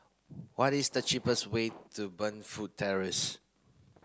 what is the cheapest way to Burnfoot Terrace